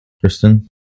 Kristen